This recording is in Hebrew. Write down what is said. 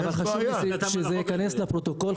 חשוב שזה ייכנס לפרוטוקול,